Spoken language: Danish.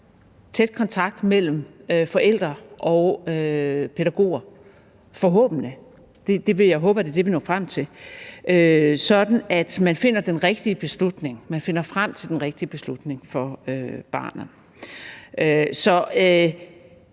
tæt kontakt mellem forældre og pædagoger, forhåbentlig – jeg vil håbe, at det er det, man når frem til – sådan at man finder frem til den rigtige beslutning for barnet. Vi